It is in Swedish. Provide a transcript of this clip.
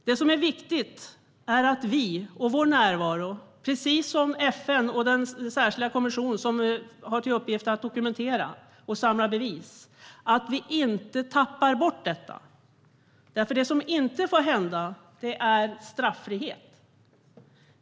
Det som är viktigt är att vi med vår närvaro, precis som FN och den särskilda kommission som har till uppgift att dokumentera och samla bevis, inte tappar bort detta. Det som inte får hända är att straffrihet råder.